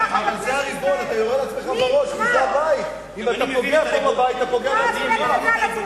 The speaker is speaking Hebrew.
אם אתה פוגע בבית, אתה פוגע בעצמך.